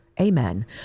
Amen